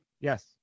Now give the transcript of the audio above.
Yes